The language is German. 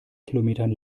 kilometern